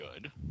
good